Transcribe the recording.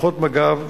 כוחות מג"ב וצה"ל.